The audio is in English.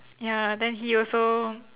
ya then he also